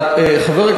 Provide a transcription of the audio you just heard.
מה אתה מציע?